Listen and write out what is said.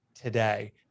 today